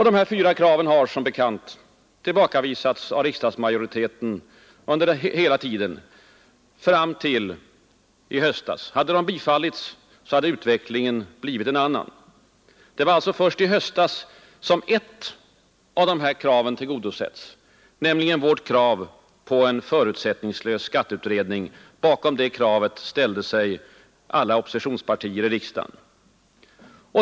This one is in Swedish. De här fyra kraven har som bekant tillbakavisats av riksdagsmajoriteten hela tiden fram till i höstas. Hade de bifallits, skulle utvecklingen ha blivit en annan. Det var alltså först i höstas som ett av de här kraven tillgodosågs, nämligen vårt krav på en förutsättningslös skatteutredning. Bakom det kravet ställde sig alla oppositionspartier i riksdagen.